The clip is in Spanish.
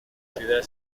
ciudad